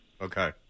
Okay